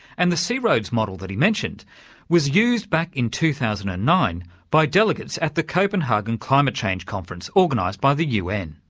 and the c-roads model that he mentioned was used back in two thousand and nine by delegates at the copenhagen climate change conference organised by the un.